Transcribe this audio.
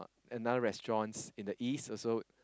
another restaurants in the east also